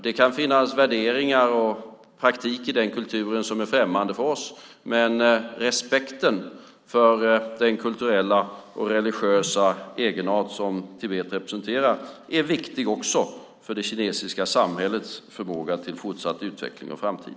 Det kan finnas värderingar och praktik i den kulturen som är främmande för oss, men respekten för den kulturella och religiösa egenart som Tibet representerar är viktig också för det kinesiska samhällets förmåga till fortsatt utveckling och framtid.